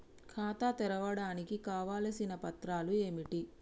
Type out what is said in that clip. ఖాతా తెరవడానికి కావలసిన పత్రాలు ఏమిటి?